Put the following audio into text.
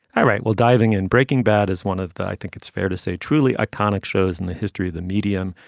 right. well diving in breaking bad is one of the i think it's fair to say truly iconic shows in the history of the medium.